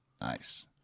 Nice